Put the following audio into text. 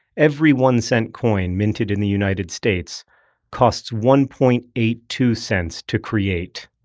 every one-cent coin minted in the united states costs one point eight two cents to create.